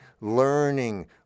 Learning